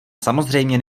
samozřejmě